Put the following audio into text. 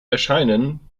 erscheinen